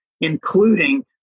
including